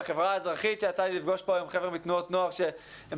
לחברה האזרחית שיצא לי לפגוש כאן היום חבר'ה מתנועות נוער שהם